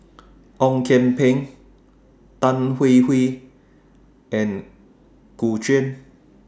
Ong Kian Peng Tan Hwee Hwee and Gu Juan